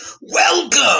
welcome